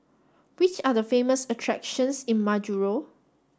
which are the famous attractions in Majuro